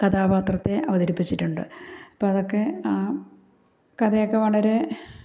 കഥാപാത്രത്തെ അവതരിപ്പിച്ചിട്ടുണ്ട് അപ്പം അതൊക്കെ കഥയൊക്കെ വളരെ